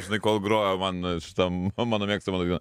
žinai kol grojo man šita mano mėgstama daina